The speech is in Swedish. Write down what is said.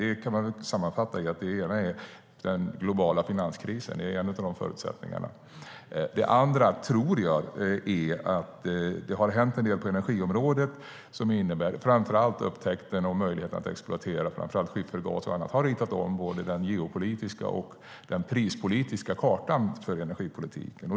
Man kan väl sammanfatta med att den ena förutsättningen är den globala finanskrisen och den andra att det har hänt en del på energiområdet, framför allt upptäckten av möjligheten att exploatera skiffergas och annat, som har ritat om både den geopolitiska och den prispolitiska kartan för energipolitiken.